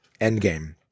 Endgame